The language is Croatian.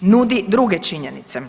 nudi druge činjenice.